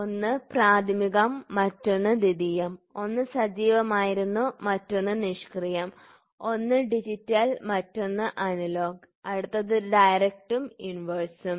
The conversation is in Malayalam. ഒന്ന് പ്രാഥമികം മറ്റൊന്ന് ദ്വിതീയം ഒന്ന് സജീവമായിരുന്നു മറ്റൊന്ന് നിഷ്ക്രിയം ഒന്ന് ഡിജിറ്റൽ മറ്റൊന്ന് അനലോഗ് അടുത്തത് ഡയറക്ട്ഉം ഇൻവേഴ്സും